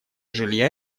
жилья